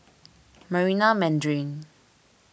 Marina Mandarin